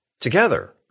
together